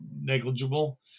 negligible